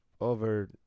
over